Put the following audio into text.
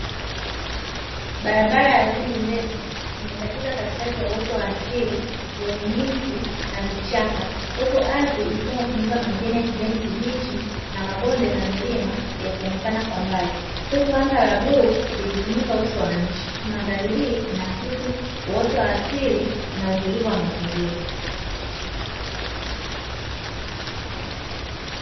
Barabara ya vumbi ndefu imekatiza katikati ya uoto wa asili wenye miti na vichaka. Huku ardhi ikiwa imefunikwa na majani ya kijani kibichi, na mabonde na milima yakionekana kwa mbali. Huku anga la bluu likifunika uso wa nchi. Mandhari hii inaakisi uoto wa asili na utulivu wa mazingira.